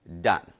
done